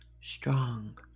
strong